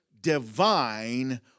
Divine